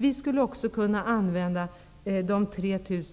Vi skulle också kunna använda de 3 000